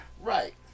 right